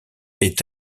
est